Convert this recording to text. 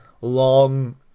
long